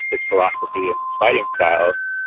its philosophy and its fighting style.